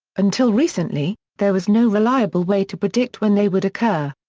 until recently, there was no reliable way to predict when they would occur.